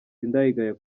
sindayigaya